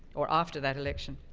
or after that election.